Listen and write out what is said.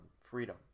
freedom